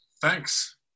Thanks